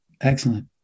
Excellent